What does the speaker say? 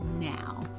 now